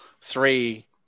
three